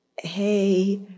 hey